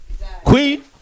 Queen